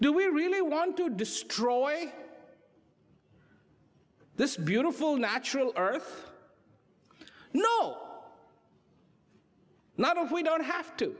do we really want to destroy this beautiful natural earth no not if we don't have to